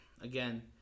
again